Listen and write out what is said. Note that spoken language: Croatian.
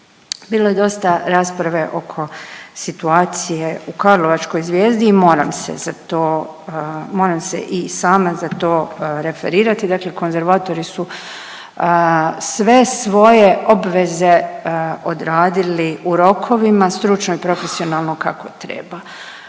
Bilo je dosta rasprave oko situacije u karlovačkoj Zvijezdi i moram se za to, moram se i sama za to referirati. Dakle konzervatori su sve svoje obveze odradili u rokovima stručno i profesionalno kako treba.